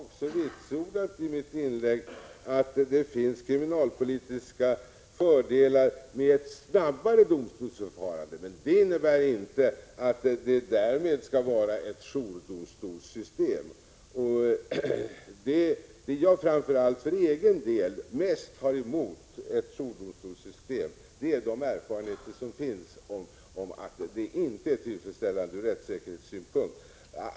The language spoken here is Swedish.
Herr talman! Jag har också vitsordat i mitt inlägg, att det finns kriminalpolitiska fördelar med ett snabbare domstolsförfarande. Men det innebär inte att det därmed skall vara ett jourdomstolssystem. Det jag framför allt för egen del mest har emot i ett jourdomstolssystem är de erfarenheter som finns av att det inte är tillfredsställande ur rättssäkerhetssynpunkt.